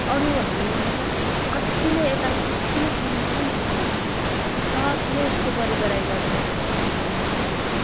अरूहरूले मतलब कतिले यताको कतिले किनेको छ नि नभन्नु सबले यसको बढी बढाइ गर्छ सब भन्दा पनि सब